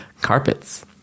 carpets